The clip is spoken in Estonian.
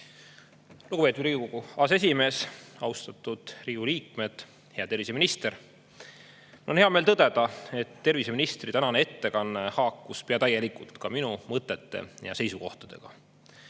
Lugupeetud Riigikogu aseesimees! Austatud Riigikogu liikmed! Hea terviseminister! Mul on hea meel tõdeda, et terviseministri tänane ettekanne haakus pea täielikult ka minu mõtete ja seisukohtadega.